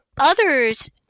Others